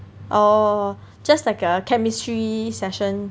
orh just like a chemistry session